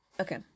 Okay